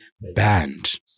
banned